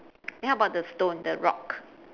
then how about the stone the rock